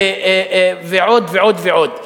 ועוד ועוד ועוד.